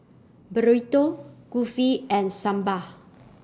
Burrito Kulfi and Sambar